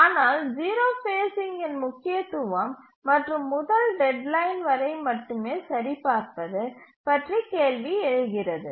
ஆனால் 0 ஃபேஸ்சிங்கின் முக்கியத்துவம் மற்றும் முதல் டெட்லைன் வரை மட்டுமே சரி பார்ப்பது பற்றி கேள்வி கேள்வி எழுகிறது